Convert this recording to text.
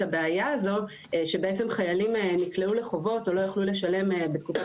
הבעיה הזאת שבעצם חיילים נקלעו לחובות או לא יוכלו לשלם בתקופת